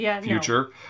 future